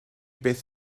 beth